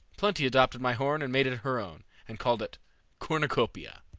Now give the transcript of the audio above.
plenty adopted my horn and made it her own, and called it cornucopia.